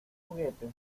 juguete